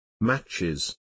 matches